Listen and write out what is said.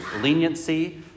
leniency